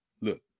Look